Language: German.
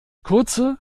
kurze